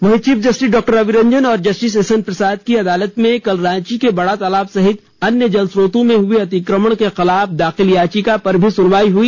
वहीं chief justice डा रवि रंजन व जस्टिस एसएन प्रसाद की अदालत में कल रांची के बड़ा तालाब सहित अन्य जलस्रोतों में हए अतिक्रमण के खिलाफ दाखिल याचिका पर भी सुनवाई हई